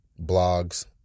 blogs